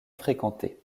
fréquenté